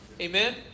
Amen